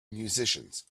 musicians